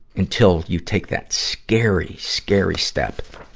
until you take that scary, scary step